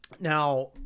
now